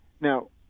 Now